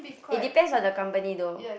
it depends on the company though